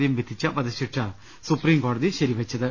തിയും വിധിച്ചു വധശിക്ഷ സുപ്രീം കോടതി ശരിവെച്ചത്